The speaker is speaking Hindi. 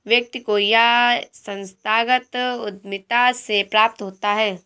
व्यक्ति को यह संस्थागत उद्धमिता से प्राप्त होता है